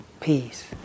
peace